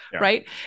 right